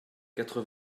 quatre